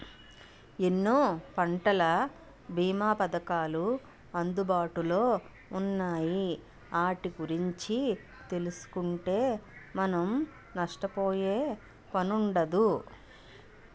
ఎన్నో పంటల బీమా పధకాలు అందుబాటులో ఉన్నాయి ఆటి గురించి తెలుసుకుంటే మనం నష్టపోయే పనుండదు